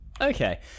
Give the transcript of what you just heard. Okay